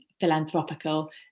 philanthropical